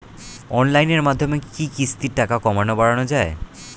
অনলাইনের মাধ্যমে কি কিস্তির টাকা কমানো বাড়ানো যায়?